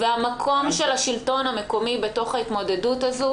המקום של השלטון המקומי בתוך ההתמודדות הזו